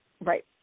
Right